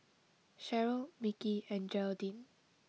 Cheryll Mickey and Geraldine